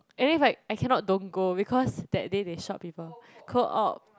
and then like I cannot don't go because that day they short of people co-op